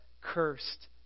cursed